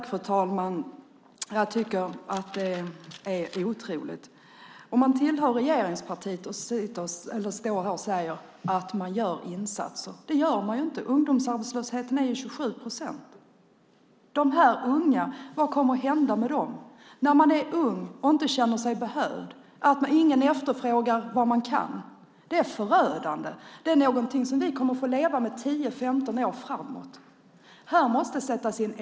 Fru talman! Det är otroligt att en företrädare för ett regeringsparti står här och säger att man gör insatser. Det gör man inte! Ungdomsarbetslösheten ligger på 27 procent. Vad kommer sedan att hända med dessa unga? Att vara ung och inte känna sig behövd - att känna att ingen efterfrågar vad man kan - är förödande. Detta är något som vi 10-15 år framöver kommer att få leva med.